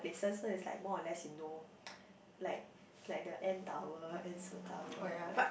places so it's like more or less you know like like the N-Tower N-Seoul-Tower